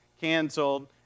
canceled